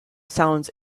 sounds